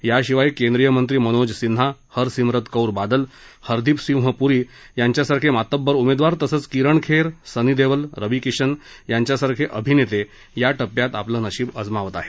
याशिवाय कैंद्रिय मंत्री मनोज सिन्हा हरसिम्रत कौर बादल हरदीप सिंह पूरी यांच्यासारखे मातब्बर उमेदवार तसंच किरण खेर सनी देवल रवी किशन यांच्यासारखे अभिनेते या टप्प्यात आपलं नशिब आजमावत आहेत